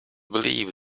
believe